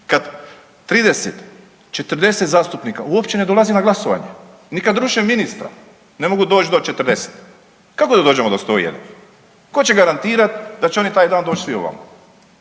kad 30, 40 zastupnika uopće ne dolaze na glasovanje ni kad ruše ministra ne mogu doć do 40. kako da dođemo do 101? ko će garantirati da će oni taj dan doć svi ovamo?